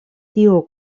tiu